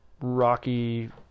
rocky